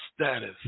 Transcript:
status